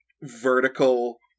vertical